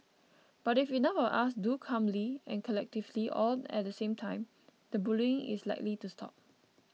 but if enough of us do calmly and collectively all at the same time the bullying is likely to stop